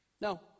No